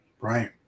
Right